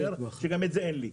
שגם זה אין לי.